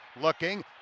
looking